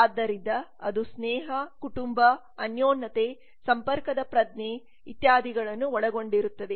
ಆದ್ದರಿಂದ ಅದು ಸ್ನೇಹ ಕುಟುಂಬ ಅನ್ಯೋನ್ಯತೆ ಸಂಪರ್ಕದ ಪ್ರಜ್ಞೆ ಇತ್ಯಾದಿಗಳನ್ನು ಒಳಗೊಂಡಿರುತ್ತದೆ